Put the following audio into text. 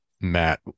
matt